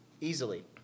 Easily